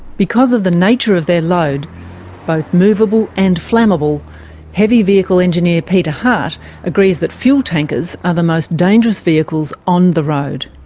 because of the nature of their load both moveable and flammable heavy vehicle engineer peter hart agrees that fuel tankers are the most dangerous vehicles on the road.